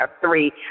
three